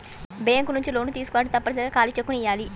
bank నుంచి లోన్లు తీసుకోవాలంటే తప్పనిసరిగా ఖాళీ చెక్కుని ఇయ్యాలి